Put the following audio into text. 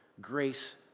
grace